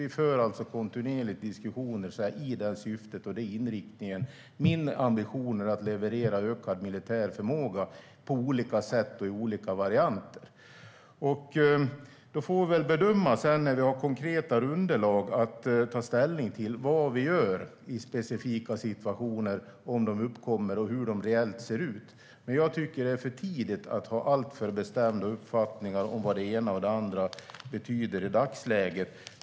Vi för alltså kontinuerligt diskussioner i det syftet och med den inriktningen. Min ambition är att leverera ökad militär förmåga på olika sätt och i olika varianter. Då får vi väl bedöma sedan när vi har mer konkreta underlag att ta ställning till vad vi gör i specifika situationer om de uppkommer. Men jag tycker att det är för tidigt att ha alltför bestämda uppfattningar om vad det ena och det andra betyder i dagsläget.